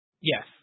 Yes